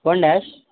one dash